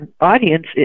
audience